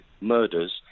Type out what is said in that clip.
murders